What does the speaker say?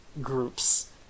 groups